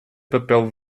papel